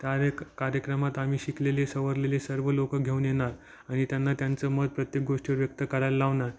कार्यक्र कार्यक्रमात आम्ही शिकलेले सवरलेले सर्व लोकं घेऊन येणार आणि त्यांना त्यांचं मत प्रत्येक गोष्टीवर व्यक्त करायला लावणार